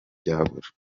byabura